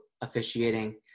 officiating